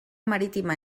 marítima